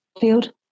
field